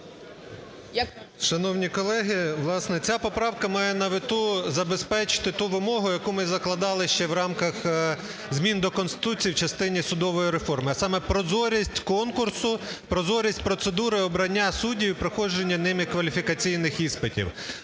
Шановні колеги! Власне, ця поправка має на меті забезпечити ту вимогу, яку ми закладали ще в рамках змін до Конституції в частині судової реформи, а саме: прозорість конкурсу, прозорість процедури обрання суддів і проходження ними кваліфікаційних іспитів.